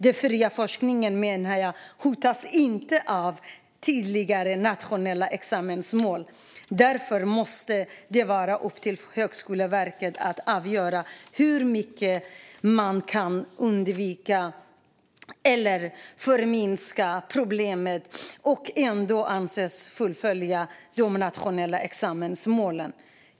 Den fria forskningen, menar jag, hotas inte av tydligare nationella examensmål. Därför måste det vara upp till Högskoleverket att avgöra hur mycket man kan undvika eller förminska problemet och ändå anses fullfölja de nationella examensmålen.